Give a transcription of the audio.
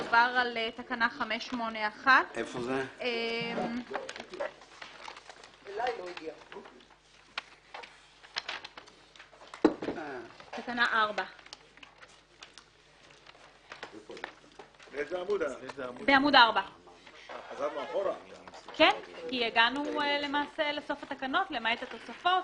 מדובר על תקנה 581. תקנה 4. עמוד 4. הגענו לסוף התקנות למעט התוספות,